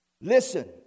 Listen